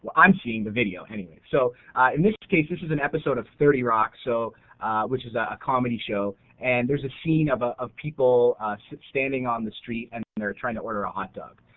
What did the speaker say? but i'm seeing the video anyway. so in this case this is an episode of thirty rock so which is ah a comedy show and there's a scene of ah of people standing on the street and and they're trying to order a hot dog.